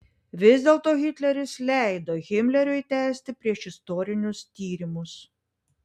vis dėlto hitleris leido himleriui tęsti priešistorinius tyrimus